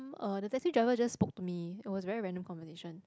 uh the taxi driver just spoke to me it was very random conversation